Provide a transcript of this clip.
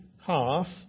half